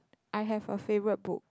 I have a favourite book